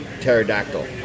pterodactyl